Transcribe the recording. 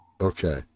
Okay